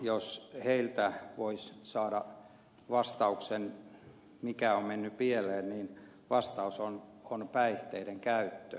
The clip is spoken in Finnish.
jos heiltä voisi saada vastauksen mikä on mennyt pieleen niin vastaus on päihteiden käyttö